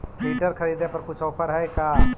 Filter खरिदे पर कुछ औफर है का?